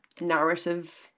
narrative